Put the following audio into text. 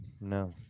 No